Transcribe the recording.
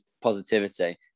positivity